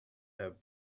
have